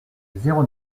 zéro